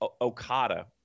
Okada